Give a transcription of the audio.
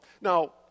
Now